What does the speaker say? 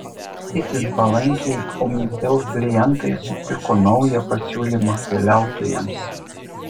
itin palankiai omnitel klientai sutiko naują pasiūlymą keliautojams